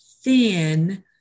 thin